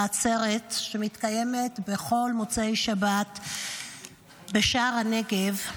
בעצרת שמתקיימת בכל מוצאי שבת בשער הנגב,